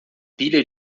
pilha